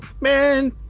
Man